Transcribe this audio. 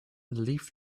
leafed